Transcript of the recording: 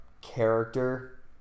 character